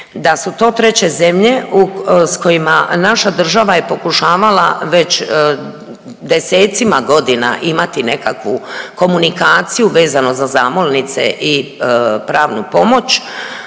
da su to treće zemlje s kojima naša država je pokušavala već desecima godina imati nekakvu komunikaciju vezano za zamolnice i pravnu pomoć,